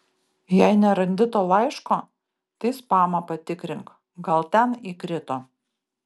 jei nerandi to laiško tai spamą patikrink gal ten įkrito